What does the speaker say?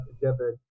together